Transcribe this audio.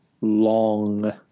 long